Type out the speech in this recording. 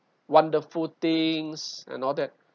wonderful things and all that